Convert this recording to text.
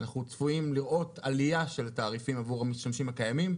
אנחנו צפויים לראות עלייה של המחירים עבוד המשתמשים הקיימים,